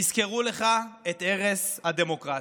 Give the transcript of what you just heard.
יזכרו לך את הרס הדמוקרטיה,